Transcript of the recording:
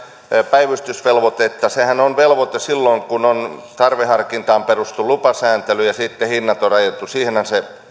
päivystysvelvoitetta sehän on velvoite silloin kun on tarveharkintaan perustuva lupasääntely ja hinnat on rajattu siihenhän se